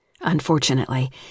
Unfortunately